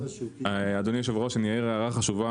אדוני היושב-ראש,